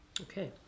Okay